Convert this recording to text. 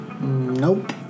Nope